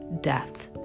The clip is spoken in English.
death